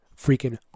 freaking